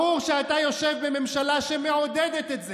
ברור שאתה יושב בממשלה שמעודדת את זה.